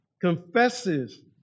confesses